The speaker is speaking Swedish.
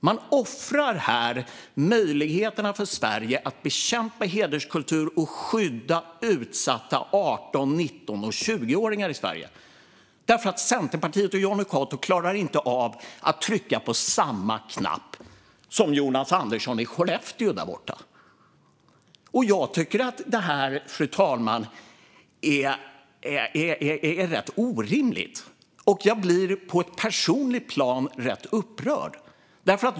Man offrar här möjligheterna för Sverige att bekämpa hederskultur och skydda utsatta 18, 19 och 20-åringar i Sverige därför att Centerpartiet och Jonny Cato inte klarar av att trycka på samma knapp som Jonas Andersson i Skellefteå där borta. Jag tycker, fru talman, att detta är rätt orimligt, och jag blir på ett personligt plan rätt upprörd.